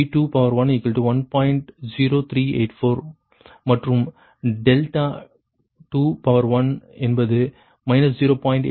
0384 மற்றும் 2 என்பது 0